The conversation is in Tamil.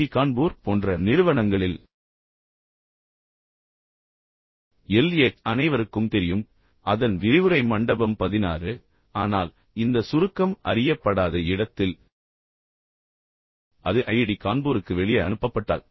டி கான்பூர் போன்ற நிறுவனங்களில் எல் எச் அனைவருக்கும் தெரியும் அதன் விரிவுரை மண்டபம் பதினாறு ஆனால் இந்த சுருக்கம் அறியப்படாத இடத்தில் அது ஐஐடி கான்பூருக்கு வெளியே அனுப்பப்பட்டால்